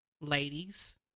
ladies